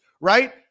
right